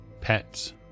pets